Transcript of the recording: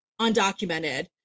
undocumented